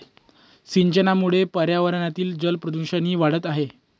सिंचनामुळे पर्यावरणातील जलप्रदूषणही वाढत आहे